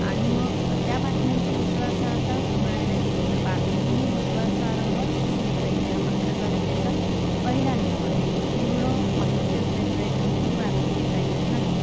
आणि मग त्या बातम्यांची विश्वासार्हता म्हणायला गेलं तर बातमी ही विश्वासार्हच असली पाहिजे हा पत्रकारितेचा पहिला नियम आहे तो पूर्ण माहिती असल्याशिवाय कोणतीही बातमी देता येत नाही